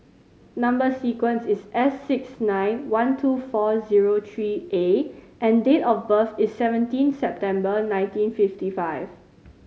number sequence is S six nine one two four zero three A and date of birth is seventeen September nineteen fifty five